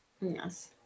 Yes